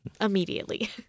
immediately